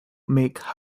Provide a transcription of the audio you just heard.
make